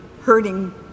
hurting